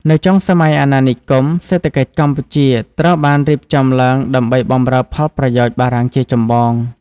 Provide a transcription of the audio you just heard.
នៅចុងសម័យអាណានិគម សេដ្ឋកិច្ចកម្ពុជាត្រូវបានរៀបចំឡើងដើម្បីបម្រើផលប្រយោជន៍បារាំងជាចម្បង។